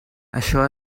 això